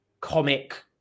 comic